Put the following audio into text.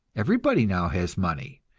everybody now has money,